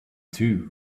two